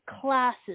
classes